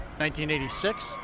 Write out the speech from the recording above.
1986